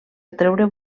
atreure